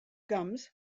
gums